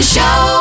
Show